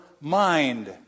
mind